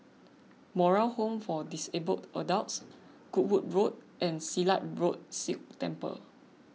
Moral Home for Disabled Adults Goodwood Road and Silat Road Sikh Temple